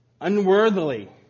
unworthily